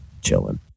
chilling